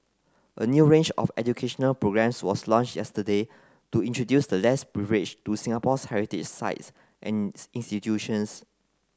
a new range of educational programmes was launched yesterday to introduce the less privileged to Singapore's heritage sites and institutions